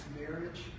marriage